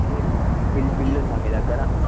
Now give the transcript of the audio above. okay బి bill bill ఉందా మీ దగ్గర